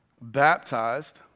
baptized